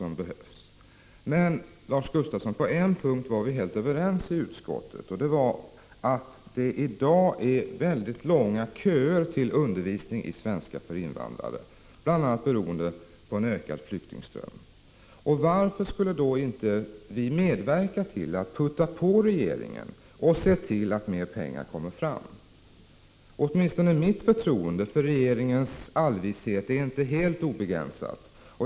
Men, Lars Gustafsson, på en punkt var vi helt överens i utskottet, nämligen att det i dag är väldigt långa köer till undervisningen i svenska för invandrare, bl.a. beroende på en ökad flyktingström. Varför skulle vi då inte medverka till att puffa på regeringen och se till att mer pengar kommer fram? Åtminstone mitt förtroende för regeringens allvishet är inte helt obegränsat.